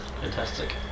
Fantastic